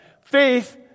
faith